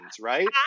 right